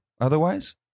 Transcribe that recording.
Otherwise